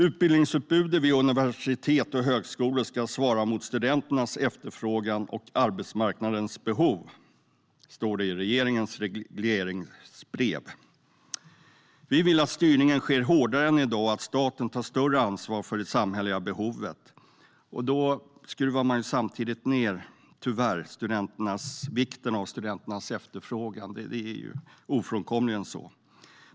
"Utbildningsutbudet vid universitet och högskolor ska svara mot studenternas efterfrågan och arbetsmarknadens behov", står det i regeringens regleringsbrev. Vi vill att styrningen ska ske hårdare än i dag och att staten ska ta större ansvar för det samhälleliga behovet. Då skruvar man samtidigt tyvärr ned vikten av studenternas efterfrågan. Det är ofrånkomligen så.